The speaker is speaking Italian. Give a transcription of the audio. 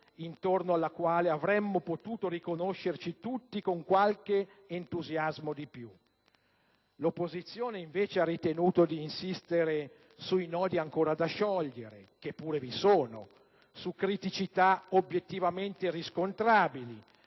intorno alla quale avremo potuto riconoscerci tutti con qualche entusiasmo di più. L'opposizione, invece, ha ritenuto di insistere sui nodi ancora da sciogliere, che pure vi sono, su criticità obiettivamente riscontrabili,